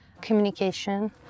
communication